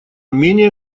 менее